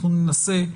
אנחנו ננסה,